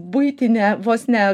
buitine vos ne